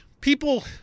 people